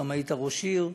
גם היית ראש עיר,